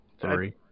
Three